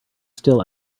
still